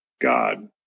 god